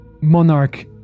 Monarch